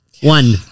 One